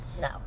no